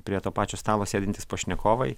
prie to pačio stalo sėdintys pašnekovai